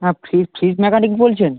হ্যাঁ fridge fridge mechanic বলছেন